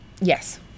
Yes